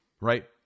right